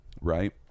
right